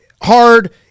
hard